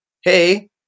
hey